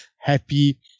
happy